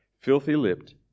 Filthy-lipped